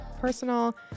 personal